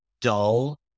dull